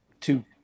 two